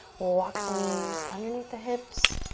walk the knees underneath the hips,